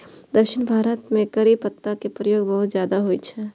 दक्षिण भारत मे करी पत्ता के प्रयोग बहुत ज्यादा होइ छै